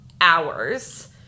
hours